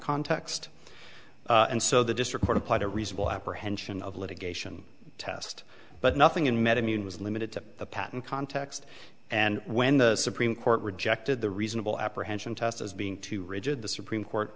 context and so the district court applied a reasonable apprehension of litigation test but nothing in metamucil was limited to the patent context and when the supreme court rejected the reasonable apprehension test as being too rigid the supreme court